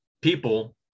people